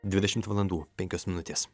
dvidešimt valandų penkios minutės